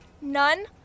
None